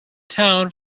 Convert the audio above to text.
town